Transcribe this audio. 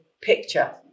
picture